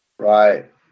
Right